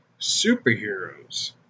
superheroes